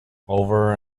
over